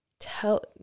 tell